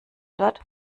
dort